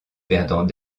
perdant